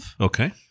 Okay